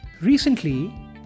Recently